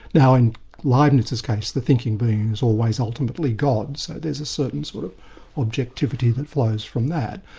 now in leibnitz's case, the thinking being was always ultimately god, so there's a certain sort of objectivity that flows from that.